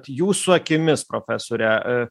jūsų akimis profesore